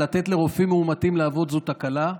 לתת לרופאים מאומתים לעבוד זו תקלה.